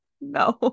No